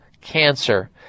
cancer